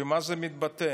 במה זה מתבטא?